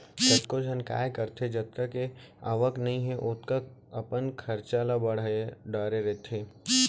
कतको झन काय करथे जतका के आवक नइ हे ओतका अपन खरचा ल बड़हा डरे रहिथे